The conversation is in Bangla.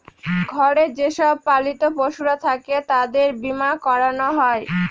ঘরে যে সব পালিত পশুরা থাকে তাদের বীমা করানো হয়